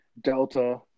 Delta